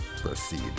proceed